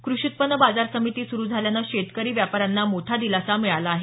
कृषी उत्पन्न बाजार समिती सुरू झाल्यानं शेतकरी व्यापाऱ्यांना मोठा दिलासा मिळाला आहे